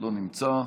לא נמצא,